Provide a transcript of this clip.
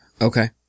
okay